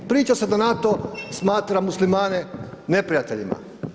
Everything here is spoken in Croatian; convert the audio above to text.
Priča se da NATO smatra muslimane neprijateljima.